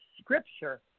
scripture